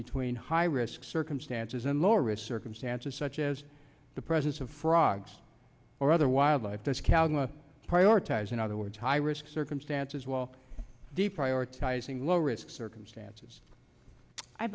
between high risk circumstances and low risk circumstances such as the presence of frogs or other wildlife that's carrying a prioritize in other words high risk circumstances well the prioritizing low risk circumstances i